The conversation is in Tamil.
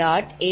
849185